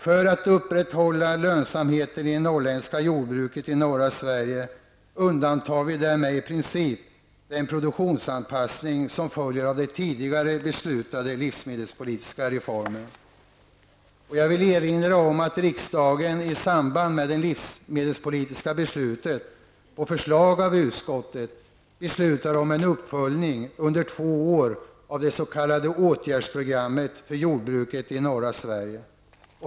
För att upprätthålla lönsamheten i jordbruket i norra Sverige undantar vi därmed i princip den produktionsanpassning som följer av den tidigare beslutade livsmedelspolitiska reformen. Jag vill erinra om att riksdagen i samband med det livsmedelspolitiska beslutet, på förslag av utskottet, beslutade om en uppföljning under två år av det s.k. åtgärdsprogrammet för jordbruket i norra Sverige.